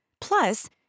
Plus